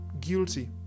guilty